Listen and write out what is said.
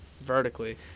vertically